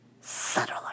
subtler